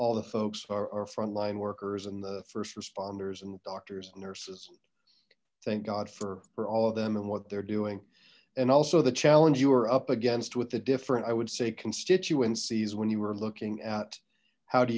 all the folks are our frontline workers and the first responders and doctors and nurses thank god for for all of them and what they're doing and also the challenge you are up against with the different i would say constituencies when you were looking at how do